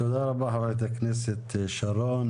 תודה רבה חברת הכנסת שרון.